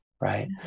right